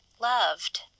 loved